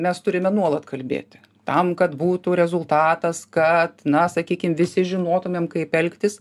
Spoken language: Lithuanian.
mes turime nuolat kalbėti tam kad būtų rezultatas kad na sakykim visi žinotumėm kaip elgtis